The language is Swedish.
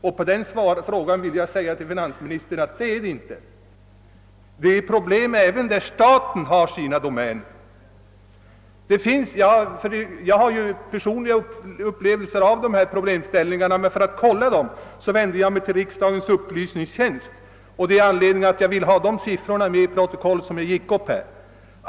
Nej, herr finansminister, det gör det inte. Det föreligger problem även i de trakter där staten har sina domäner. Jag har personligen blivit uppmärksammad på dessa problemställningar, men för att kolla uppgifterna vände jag mig till riksdagens upplysningstjänst för alt få fram siffror.